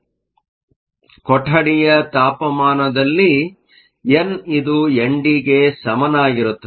ಆದ್ದರಿಂದ ಕೊಠಡಿಯ ತಾಪಮಾನದಲ್ಲಿ ಎನ್ ಇದು ಎನ್ ಡಿ ಗೆ ಸಮನಾಗಿರುತ್ತದೆ